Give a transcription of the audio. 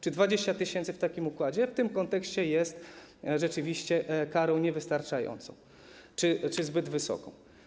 Czy 20 tys. w takim układzie w tym kontekście jest rzeczywiście karą niewystarczającą czy zbyt wysoką?